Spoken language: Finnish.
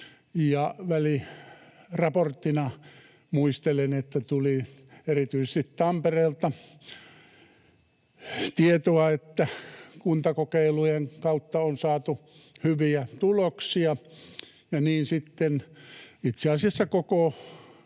Väliraporttina muistelen, että tuli erityisesti Tampereelta tietoa, että kuntakokeilujen kautta on saatu hyviä tuloksia,